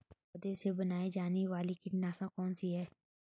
पौधों से बनाई जाने वाली कीटनाशक कौन सी है?